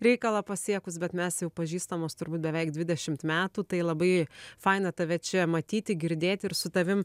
reikalą pasiekus bet mes jau pažįstamos turbūt beveik dvidešimt metų tai labai faina tave čia matyti girdėti ir su tavim